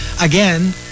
again